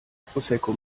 prosecco